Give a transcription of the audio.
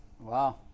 Wow